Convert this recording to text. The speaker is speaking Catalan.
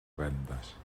vendes